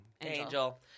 Angel